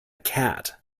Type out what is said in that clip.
cat